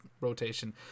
rotation